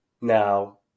Now